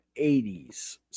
80s